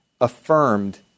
affirmed